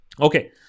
Okay